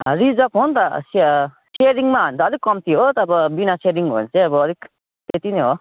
reserve हो नि त सेरिङमा हो भने त अलिक कम्ती हो अब बिनासेरिङ हो भने चाहिँ अलिक त्यति नै हो